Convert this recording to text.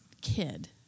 kid